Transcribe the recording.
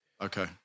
Okay